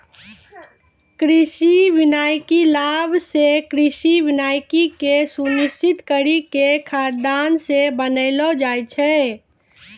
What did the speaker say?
कृषि वानिकी लाभ से कृषि वानिकी के सुनिश्रित करी के खाद्यान्न के बड़ैलो जाय छै